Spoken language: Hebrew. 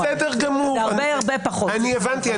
בסדר גמור, אני הבנתי.